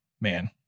man